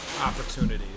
opportunities